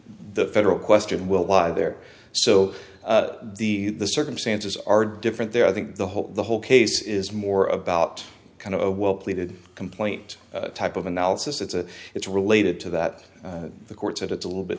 the federal question will lie there so the circumstances are different there i think the whole the whole case is more about kind of a well pleaded complaint type of analysis it's a it's related to that the court said it's a little bit